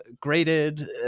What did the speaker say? graded